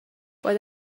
but